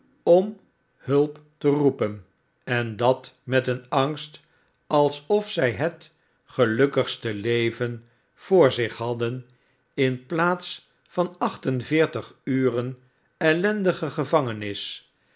om hulp te roepen en dat met een angst alsof zij het gelukkigste leven voor zich hadden in plaats van acht en veertig uren ellendige gevangenis